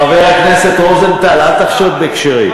חבר הכנסת רוזנטל, אל תחשוד בכשרים.